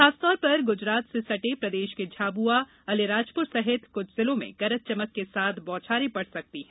खासतौर पर गुजरात से सटे प्रदेश के झाबुआ आलीराजपुर सहित कुछ जिलों में गरज चमक के साथ बौछारें पड़ सकती है